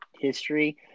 history